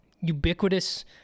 ubiquitous